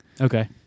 Okay